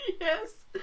Yes